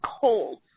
cold